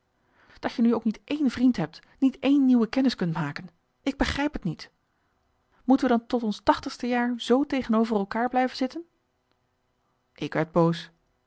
dat je nu ook niet één vriend hebt niet één nieuwe kennis kunt maken ik begrijp t niet marcellus emants een nagelaten bekentenis moeten we dan tot ons tachtigste jaar z tegenover elkaar blijven zitten ik werd boos